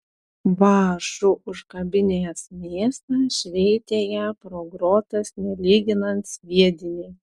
vąšu užkabinęs mėsą šveitė ją pro grotas nelyginant sviedinį